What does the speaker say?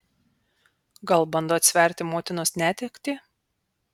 gal bando atsverti motinos netektį